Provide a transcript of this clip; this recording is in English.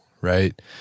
right